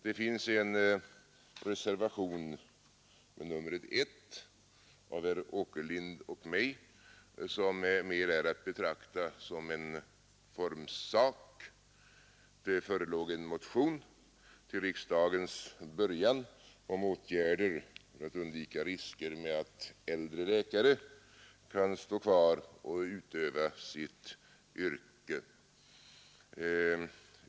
Det finns en reservation med numret 1 av herr Åkerlind och mig vilken mer är att betrakta som en formsak. Det väcktes vid riksdagens början en motion om åtgärder för att undvika risker som kan föranledas av att äldre läkare fortsätter att utöva sitt yrke.